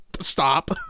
stop